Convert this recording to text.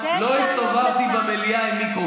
לא הסתובבתי במליאה עם מיקרופון.